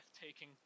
Breathtaking